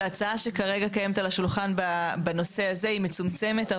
שהצעה שכרגע קיימת על השולחן בנושא הזה היא מצומצמת,